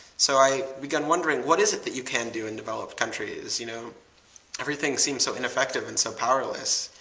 so i began wondering, what is it that you can do in developed countries. you know everything seems so ineffective and so powerless.